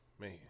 Man